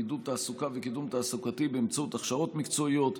לעידוד תעסוקה ולקידום תעסוקתי באמצעות הכשרות מקצועיות,